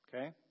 Okay